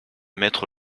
mettre